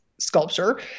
sculpture